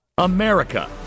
America